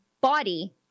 body